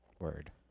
word